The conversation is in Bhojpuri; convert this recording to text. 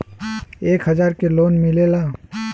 एक हजार के लोन मिलेला?